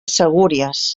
segúries